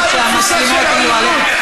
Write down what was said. גם אם אתם לא מסכימים, זה קשה לכם, מה לעשות.